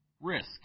risk